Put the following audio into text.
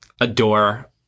adore